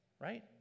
right